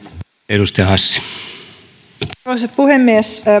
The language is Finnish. arvoisa puhemies